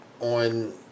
On